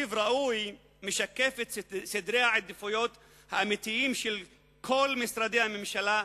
תקציב ראוי משקף את סדרי העדיפויות האמיתיים של כל משרדי הממשלה,